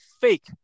fake